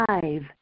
five